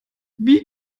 wie